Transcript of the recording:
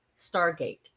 Stargate